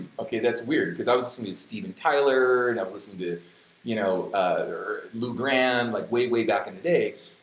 okay, that's weird, because i was listening to steven tyler, and i was listening to you know lou gramm, like way way back in the day.